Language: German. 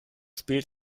spielt